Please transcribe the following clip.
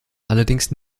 allerdings